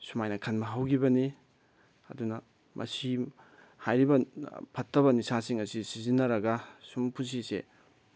ꯁꯨꯃꯥꯏꯅ ꯈꯟꯕ ꯍꯧꯈꯤꯕꯅꯤ ꯑꯗꯨꯅ ꯃꯁꯤ ꯍꯥꯏꯔꯤꯕ ꯐꯠꯇꯕ ꯅꯤꯁꯥꯁꯤꯡ ꯑꯁꯤ ꯁꯤꯖꯤꯟꯅꯔꯒ ꯁꯨꯝ ꯄꯨꯟꯁꯤꯁꯦ